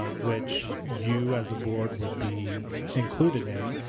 ah which you as a board would be included in,